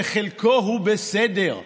בחלקו הוא בסדר,